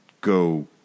go